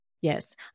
Yes